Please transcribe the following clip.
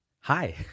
Hi